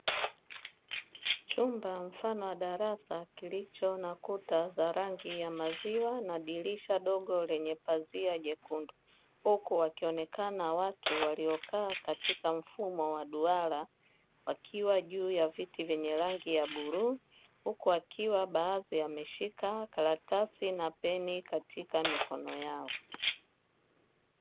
Chumba mfano wa darasa kilicho na kuta za rangi ya maziwa na dirisha dogo lenye pazia jekundu; huku wakionekana watu waliokaa katika mfumo wa duara wakiwa juu ya viti vyenye rangi ya bluu, huku wakiwa baadhi wameshika karatasi na peni katika mikono yao.